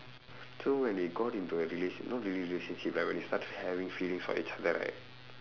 so when we got into a relation~ not really relationship like when we start having feelings for each other right